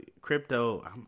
Crypto